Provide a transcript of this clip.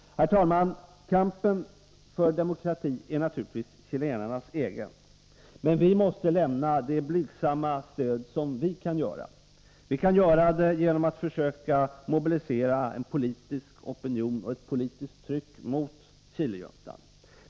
Herr talman! Kampen för demokrati är naturligtvis chilenarnas egen. Men vi måste lämna det blygsamma stöd som vi kan ge. Vi kan göra det genom att försöka mobilisera en politisk opinion och ett politiskt tryck mot Chilejuntan.